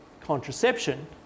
contraception